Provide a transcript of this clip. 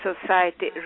Society